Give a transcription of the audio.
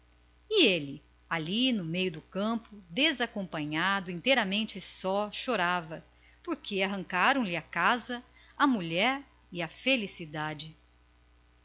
que ele ali no meio do campo desacompanhado inteiramente esquecido chorava porque lhe arrancaram tudo tudo a casa a mulher e a felicidade